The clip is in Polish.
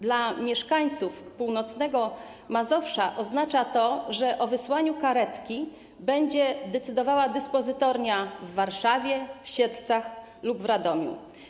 Dla mieszkańców północnego Mazowsza oznacza to, że o wysłaniu karetki będzie decydowała dyspozytornia w Warszawie, w Siedlcach lub w Radomiu.